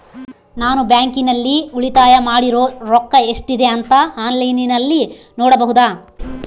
ನಾನು ಬ್ಯಾಂಕಿನಲ್ಲಿ ಉಳಿತಾಯ ಮಾಡಿರೋ ರೊಕ್ಕ ಎಷ್ಟಿದೆ ಅಂತಾ ಆನ್ಲೈನಿನಲ್ಲಿ ನೋಡಬಹುದಾ?